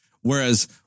Whereas